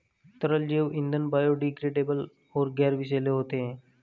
तरल जैव ईंधन बायोडिग्रेडेबल और गैर विषैले होते हैं